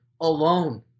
alone